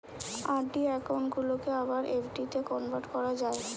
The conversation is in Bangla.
আর.ডি একউন্ট গুলাকে আবার এফ.ডিতে কনভার্ট করা যায়